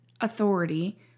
authority